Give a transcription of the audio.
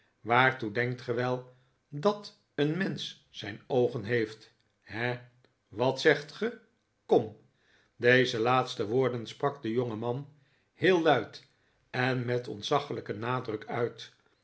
waartoe denkt ge wel dat een mensch zijn oogen heeft he wat zegt ge kom deze laatste woorden sprak de jongeman heel luid en met ontzaglijken nadruk uit